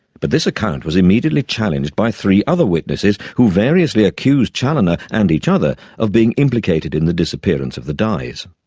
but this account was immediately challenged by three other witnesses who variously accused chaloner and each other of being implicated in the disappearance of the dies.